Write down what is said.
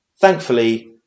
thankfully